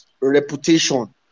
reputation